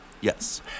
Yes